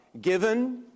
given